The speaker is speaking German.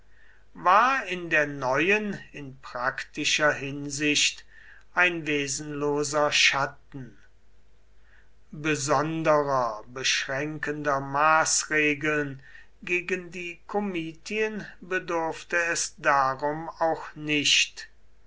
war in der neuen in praktischer hinsicht ein wesenloser schatten besonderer beschränkender maßregeln gegen die komitien bedurfte es darum auch nicht